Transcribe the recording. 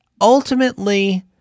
Ultimately